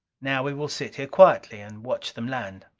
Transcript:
now we will sit here quietly and watch them land.